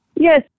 Yes